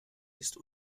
ist